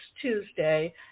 Tuesday